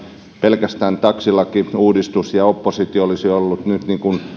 pelkästään taksilakiuudistus ja oppositio olisi ollut